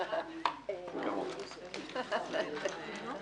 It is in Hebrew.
(מניעת שחרור על תנאי ממאסר של מי שהורשה ברצח או בניסיון לרצח),